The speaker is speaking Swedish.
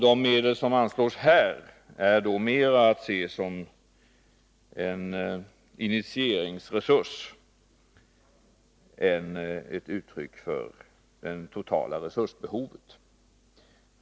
De medel som anslås här är då mera att se som en initieringsresurs än som något som motsvarar det totala resursbehovet.